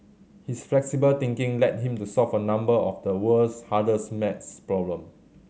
his flexible thinking led him to solve a number of the world's hardest math problem